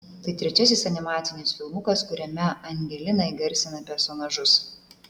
tai trečiasis animacinis filmas kuriame angelina įgarsina personažus